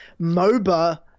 MOBA